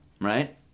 right